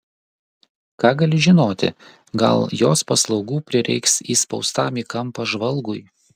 ką gali žinoti gal jos paslaugų prireiks įspaustam į kampą žvalgui